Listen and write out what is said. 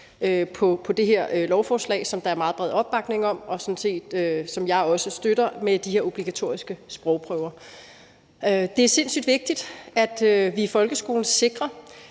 og det er der er meget bred opbakning om, og jeg støtter sådan set også det med de her obligatoriske sprogprøver. Det er sindssygt vigtigt, at vi i folkeskolen sikrer,